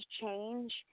change